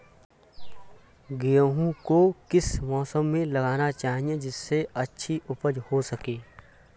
गेहूँ को किस मौसम में लगाना चाहिए जिससे अच्छी उपज हो सके?